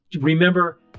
Remember